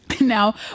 Now